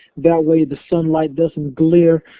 that way, the sunlight doesn't glare.